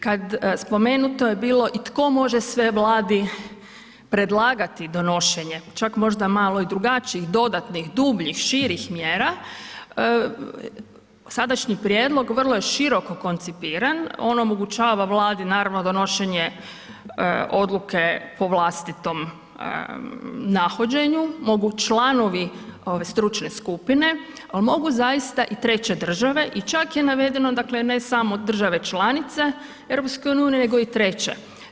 Kad, spomenuto je bilo i tko može sve Vladi predlagati donošenje, čak možda malo i drugačijih dodatnih, dubljih, širih mjera, sadašnji prijedlog vrlo je široko koncipiran on omogućava Vladi naravno donošenje odluke po vlastitom nahođenju, mogu članovi ove stručne skupine, ali mogu zaista i treće države i čak je navedeno dakle ne samo države članice EU nego i treće.